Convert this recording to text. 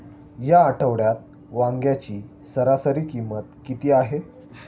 या आठवड्यात वांग्याची सरासरी किंमत किती आहे?